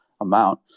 amount